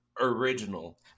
original